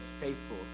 faithful